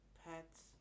pets